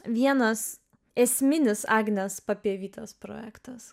vienas esminis agnės papievytės projektas